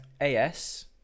A-S